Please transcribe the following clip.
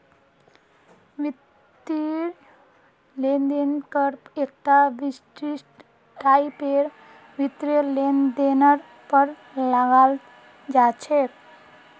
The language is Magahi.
वित्तीय लेन देन कर एकता विशिष्ट टाइपेर वित्तीय लेनदेनेर पर लगाल जा छेक